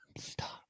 stop